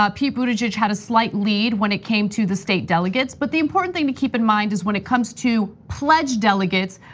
ah pete buttigieg had a slight lead when it came to the state delegates but the important thing to keep in mind is when it comes to pledged delegates,